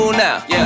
now